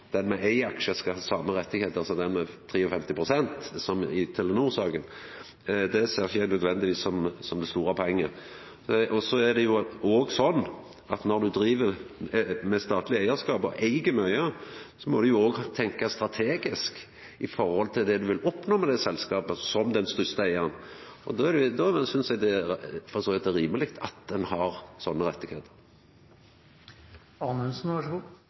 den med éin aksje skal ha dei same rettane som dei med 53 pst., som i Telenor-saka. Det ser ikkje eg nødvendigvis som det store poenget. Så er det òg sånn at når du driv med statleg eigarskap og eig mykje, må du òg tenkja strategisk opp mot det du vil oppnå med det selskapet, som den største eigaren. Då synest eg det for så vidt er rimeleg at ein har sånne rettar. Det er jo riktig at det er ulike rettigheter, ut fra hvor stor aksjepost du har.